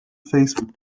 facebook